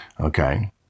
Okay